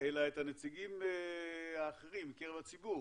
אלא את הנציגים האחרים, מקרב הציבור,